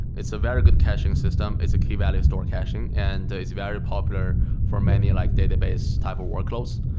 it's a very good caching system. it's a key value store caching and it's very popular for many like database type of workloads.